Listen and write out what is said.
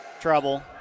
trouble